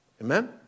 Amen